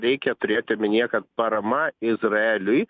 reikia turėt omenyje kad parama izraeliui